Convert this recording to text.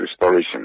restoration